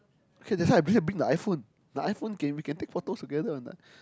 okay that's why I bring bring the iPhone my iPhone can we can take photos together on the